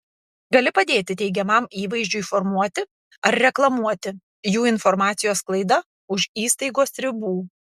gali padėti teigiamam įvaizdžiui formuoti ar reklamuoti jų informacijos sklaida už įstaigos ribų